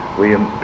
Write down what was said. William